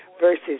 versus